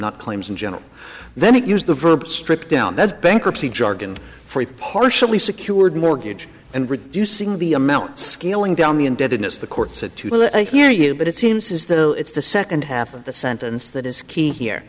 not claims in general then it used the verb stripped down that's bankruptcy jargon free partially secured mortgage and reducing the amount scaling down the indebtedness the court said too late i hear you but it seems as though it's the second half of the sentence that is key here